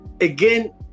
again